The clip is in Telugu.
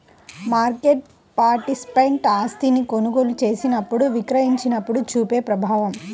మార్కెట్ పార్టిసిపెంట్ ఆస్తిని కొనుగోలు చేసినప్పుడు, విక్రయించినప్పుడు చూపే ప్రభావం